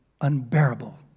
unbearable